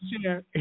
share